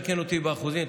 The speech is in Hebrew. ותקן אותי באחוזים,